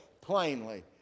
plainly